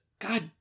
God